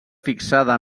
fixada